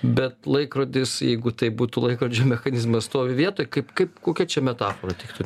bet laikrodis jeigu tai būtų laikrodžio mechanizmas stovi vietoj kaip kaip kokia čia metafora tiktų